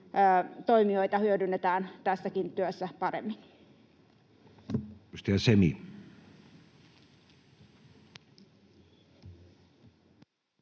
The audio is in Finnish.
toimijoita hyödynnetään tässäkin työssä paremmin.